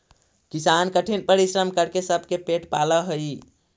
किसान कठिन परिश्रम करके सबके पेट पालऽ हइ